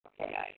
okay